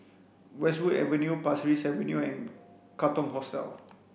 Westwood Avenue Pasir Ris Avenue and Katong Hostel